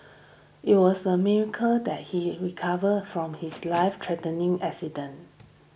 it was a miracle that he recovered from his life threatening accident